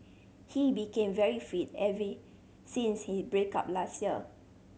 he became very fit every since he break up last year